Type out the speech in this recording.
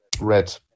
red